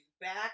back